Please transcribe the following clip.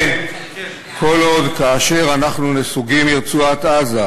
ושום דבר לא ישתנה כל עוד כאשר אנחנו נסוגים מרצועת-עזה,